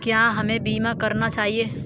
क्या हमें बीमा करना चाहिए?